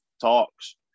talks